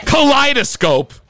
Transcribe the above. Kaleidoscope